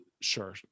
sure